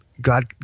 God